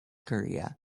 korea